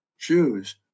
Jews